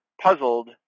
puzzled